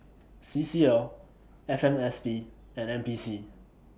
C C L F M S P and N P C